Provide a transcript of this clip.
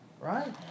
right